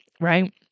right